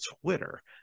Twitter